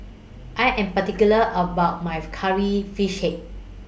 I Am particular about My Curry Fish Head